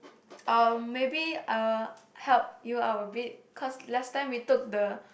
um maybe I'll help you out a bit cause last time we took the